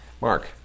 Mark